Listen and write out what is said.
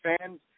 fans